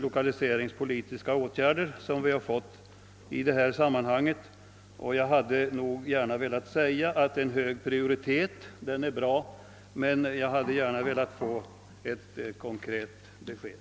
Lokaliseringspolitiska åtgärder för Jämtlands vidkommande har alltså inte åstadkommits i någon större utsträckning. En hög prioritet är naturligtvis bra, men konkreta åtgärder är bättre.